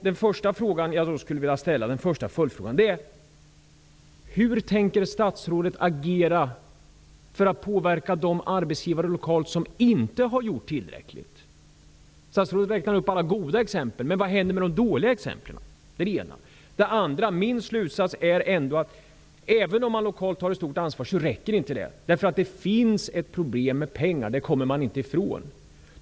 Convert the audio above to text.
Den första följdfrågan jag då skulle vilja ställa är hur statsrådet tänker agera för att påverka de lokala arbetsgivare som inte har gjort tillräckligt. Statsrådet räknar upp alla goda exempel, men vad händer med de dåliga? Det var den ena frågan. Min slutsats är att även om man lokalt tar ett stort ansvar så räcker inte det. Det finns ett problem med pengar. Det kommer vi inte ifrån.